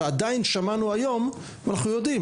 ועדיין שמענו היום ואנחנו יודעים